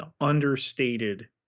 understated